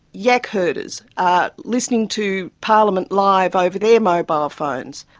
yak herders are listening to parliament live over their mobile phones.